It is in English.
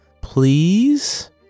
please